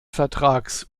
vertrags